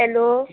hello